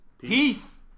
Peace